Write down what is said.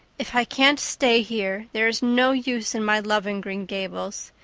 if i can't stay here there is no use in my loving green gables.